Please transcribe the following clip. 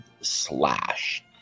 Slash